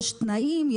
יש תנאים,